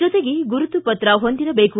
ಜೊತೆಗೆ ಗುರುತು ಪತ್ರ ಹೊಂದಿರಬೇಕು